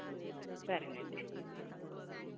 సరేనండి